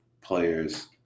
players